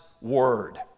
Word